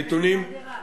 נכון, אבל הידרדרה.